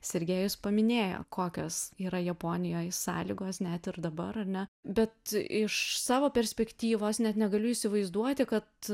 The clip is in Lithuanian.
sergejus paminėjo kokios yra japonijoj sąlygos net ir dabar ar ne bet iš savo perspektyvos net negaliu įsivaizduoti kad